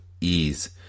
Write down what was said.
ease